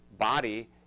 body